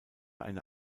eine